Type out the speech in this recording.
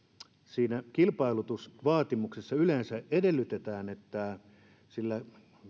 siinä kilpailutusvaatimuksessa yleensä edellytetään että